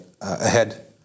ahead